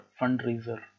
fundraiser